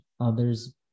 others